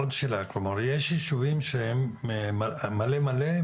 יש יישובים שהם מלא-מלא,